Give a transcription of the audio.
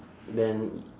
then